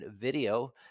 Video